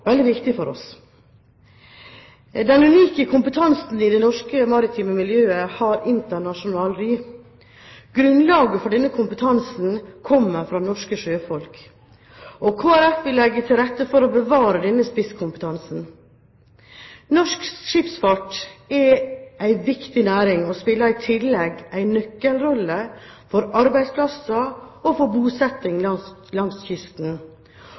veldig viktige for oss. Den unike kompetansen i det norske maritime miljøet har internasjonalt ry. Grunnlaget for denne kompetansen kommer fra norske sjøfolk, og Kristelig Folkeparti vil legge til rette for å bevare denne spisskompetansen. Norsk skipsfart er en viktig næring, og spiller i tillegg en nøkkelrolle for arbeidsplasser og for bosetting langs kysten.